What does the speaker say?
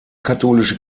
katholische